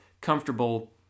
comfortable